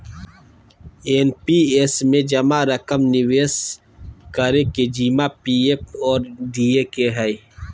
NPS में जमा रकम निवेश करे के जिम्मा पी.एफ और डी.ए के हइ